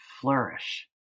flourish